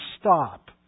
stop